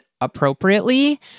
appropriately